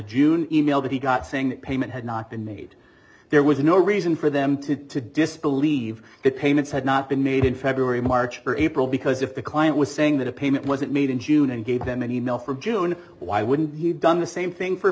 june e mail that he got saying that payment had not been made there was no reason for them to to disbelieve that payments had not been made in february march or april because if the client was saying that a payment wasn't made in june and gave them an e mail for june why wouldn't he have done the same thing for